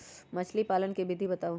मछली पालन के विधि बताऊँ?